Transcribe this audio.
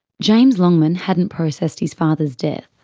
james longman hadn't processed his father's death,